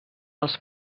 els